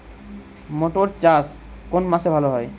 মটর চাষ কোন মাসে ভালো হয়?